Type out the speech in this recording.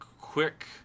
quick